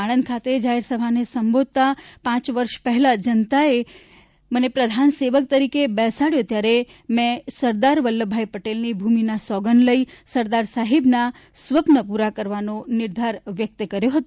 આણંદ ખાતે જાહેરસભાને સંબોધતાં પાંચ વર્ષ પહેલા જનતાએ મને પ્રધાન સેવક તરીકે બેસાડ્યો ત્યારે મે શ્રી સરદાર વલ્લભભાઈ પટેલની ભૂમિના સોગંદ ખાઈ સરદાર સાહેબના સ્વપ્ના પૂરા કરવાનો નિર્ધાર વ્યક્ત કર્યો હતો